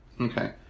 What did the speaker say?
Okay